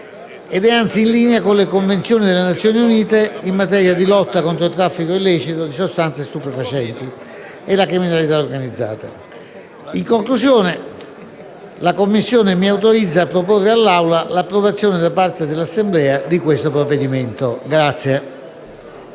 ed è anzi in linea con le Convenzioni delle Nazioni Unite in materia di lotta contro il traffico illecito di sostanze stupefacenti e la criminalità organizzata. In conclusione, la Commissione mi autorizza a proporre all'Aula l'approvazione da parte dell'Assemblea del provvedimento in